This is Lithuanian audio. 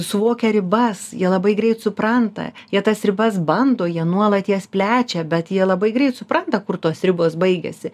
suvokia ribas jie labai greit supranta jie tas ribas bando jie nuolat jas plečia bet jie labai greit supranta kur tos ribos baigiasi